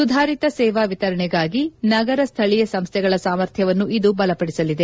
ಸುಧಾರಿತ ಸೇವಾ ವಿತರಣೆಗಾಗಿ ನಗರ ಸ್ವಳೀಯ ಸಂಸ್ವೆಗಳ ಸಾಮರ್ಥ್ವವನ್ನು ಇದು ಬಲಪಡಿಸಲಿದೆ